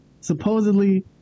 supposedly